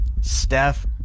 Steph